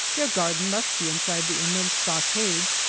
their garden must be inside the immense stockade,